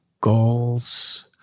goals